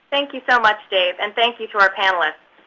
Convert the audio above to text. thank you so much, dave, and thank you to our panelists.